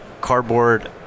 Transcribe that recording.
cardboard